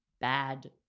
bad